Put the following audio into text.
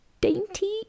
dainty